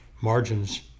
margins